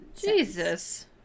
Jesus